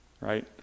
right